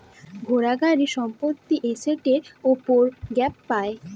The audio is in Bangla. ঘোড়া, গাড়ি, সম্পত্তি এসেটের উপর গ্যাপ পাই